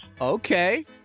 Okay